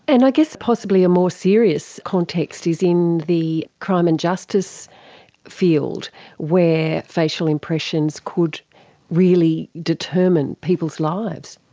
and i guess possibly a more serious context is in the crime and justice field where facial impressions could really determine people's lives?